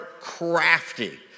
crafty